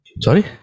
Sorry